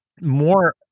more